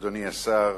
אדוני השר,